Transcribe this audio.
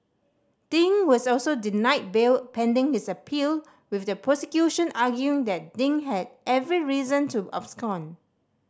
Ding was also denied bail pending his appeal with the prosecution arguing that Ding had every reason to abscond